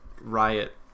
riot